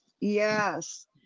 Yes